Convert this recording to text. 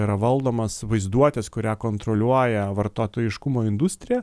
yra valdomas vaizduotės kurią kontroliuoja vartotojiškumo industrija